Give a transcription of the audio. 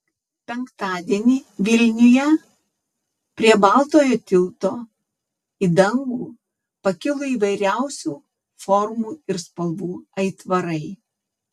penktadienį vilniuje prie baltojo tilto į dangų pakilo įvairiausių formų ir spalvų aitvarai